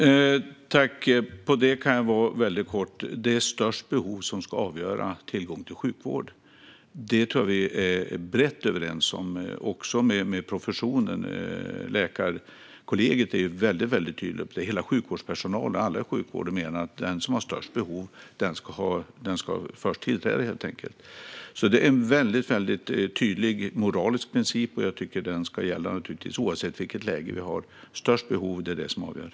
Herr talman! På det kan jag svara väldigt kort. Det är störst behov som ska avgöra tillgång till sjukvård. Det tror jag att vi brett är överens om. Det gäller också professionen. Läkarkollegiet är väldigt tydligt med detta. All sjukvårdspersonal och alla inom sjukvården menar att den som har störst behov ska ha först tillträde. Detta är en väldigt tydlig moralisk princip. Jag tycker naturligtvis att den ska gälla oavsett läge. Störst behov är vad som ska avgöra.